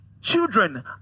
Children